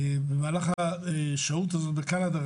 במהלך השהות הזאת בקנדה,